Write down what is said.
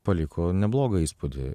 paliko neblogą įspūdį